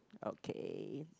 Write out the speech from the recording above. okay